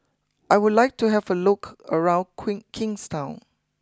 I would like to have a look around Queen Kingstown